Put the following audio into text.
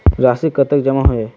राशि कतेक जमा होय है?